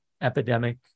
epidemic